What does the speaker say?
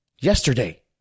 Yesterday